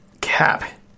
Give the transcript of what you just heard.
cap